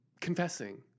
confessing